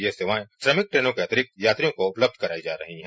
ये सेवाएं श्रमिक ट्रेनों के अतिरिक्त यात्रियों का उपलब्ध करायी जा रही हैं